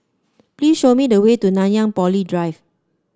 please show me the way to Nanyang Poly Drive